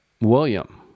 William